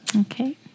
Okay